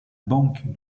banque